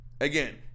Again